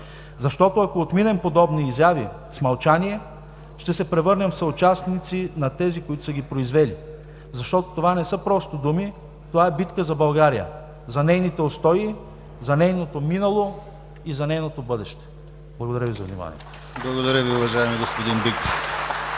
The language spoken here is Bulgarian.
глава. Ако отминем подобни изяви с мълчание, ще се превърнем в съучастници на тези, които са ги произвели, защото това не са просто думи – това е битка за България, за нейните устои, за нейното минало и за нейното бъдеще! Благодаря Ви за вниманието. ПРЕДСЕДАТЕЛ ДИМИТЪР ГЛАВЧЕВ: Благодаря Ви, уважаеми господин Биков.